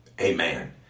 Amen